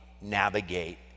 navigate